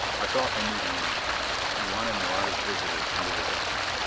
i thought i knew the answer he wanted nareda's visitors under his eyes.